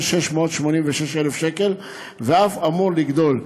מיליון ו-686,000 שקל ואף אמור לגדול,